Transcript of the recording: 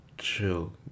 Chill